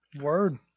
Word